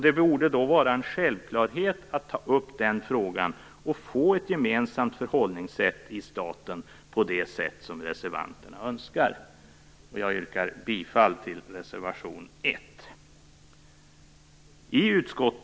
Det borde därför vara en självklarhet att ta upp den frågan, och få ett gemensamt förhållningssätt i staten på det sätt som reservanterna önskar. Jag yrkar bifall till reservation 1. Fru talman!